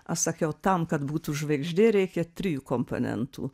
aš sakiau tam kad būtų žvaigždė reikia trijų komponentų